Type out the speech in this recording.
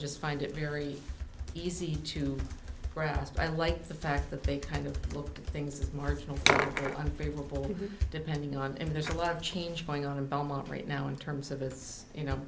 just find it very easy to grasp i like the fact that they kind of look at things marginal favorable depending on if there's a lot of change going on in belmont right now in terms of its you know